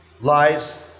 Lies